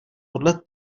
podle